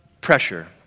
pressure